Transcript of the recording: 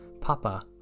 papa